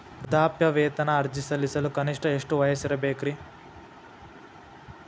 ವೃದ್ಧಾಪ್ಯವೇತನ ಅರ್ಜಿ ಸಲ್ಲಿಸಲು ಕನಿಷ್ಟ ಎಷ್ಟು ವಯಸ್ಸಿರಬೇಕ್ರಿ?